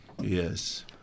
Yes